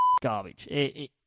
garbage